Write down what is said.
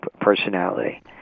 personality